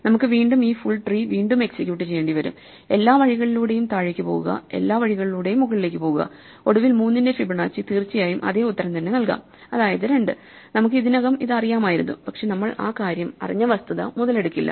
നമുക്ക് വീണ്ടും ഈ ഫുൾ ട്രീ വീണ്ടും എക്സിക്യൂട്ട് ചെയ്യേണ്ടിവരും എല്ലാ വഴികളിലൂടെയും താഴേക്ക് പോകുക എല്ലാ വഴികളിലൂടെയും മുകളിലേക്ക് പോകുക ഒടുവിൽ 3 ന്റെ ഫിബൊനാച്ചി തീർച്ചയായും അതേ ഉത്തരം തന്നെ നൽകാം അതായത് 2 നമുക്ക് ഇതിനകം ഇത് അറിയാമായിരുന്നു പക്ഷേ നമ്മൾ ആ കാര്യം അറിഞ്ഞ വസ്തുത മുതലെടുക്കില്ല